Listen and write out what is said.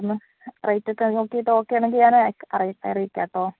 ഒന്ന് റേറ്റൊക്കെ നോക്കിയിട്ട് ഓക്കെയാണെങ്കില് ഞാന് അറിയിക്കാം കേട്ടോ